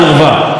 תודה רבה.